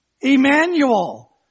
Emmanuel